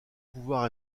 pouvoir